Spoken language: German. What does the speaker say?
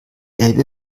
elbe